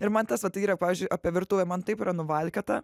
ir man tas vat yra pavyzdžiui apie virtuvę man taip yra nuvalkiota